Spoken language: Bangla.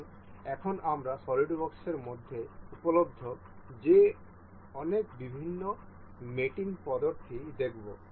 সুতরাং এখন আমরা সলিডওয়ার্কসের মধ্যে উপলব্ধ যে অনেক বিভিন্ন মেটিং পদ্ধতি দেখব